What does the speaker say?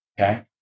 okay